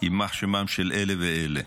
יימח שמם של אלה ואלה.